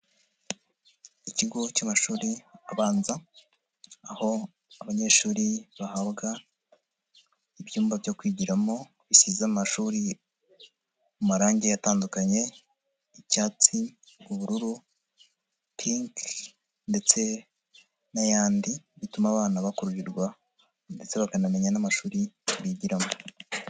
Ikigo cy'amashuri abanza aho abanyeshuri bahabwa ibyumba byo kwigiramo bisize amashuri amarangi atandukanye, icyatsi, ubururu, pinki ndetse n'ayandi bituma abana bakururirwa ndetse bakanamenya n'amashuri bigiramo.